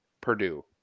Purdue